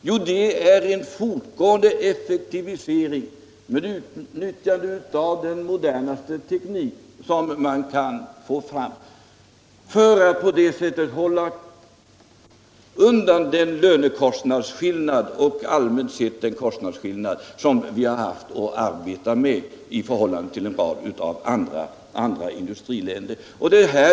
Jo, det är en fortgående effektivisering med utnyttjande av den modernaste teknik som går att få fram. Vi har kunnat konkurrera trots de löneskillnader och allmänna kostnadsskillnader som vi har haft och har i förhållande till en rad andra industriländer.